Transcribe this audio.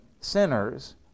sinners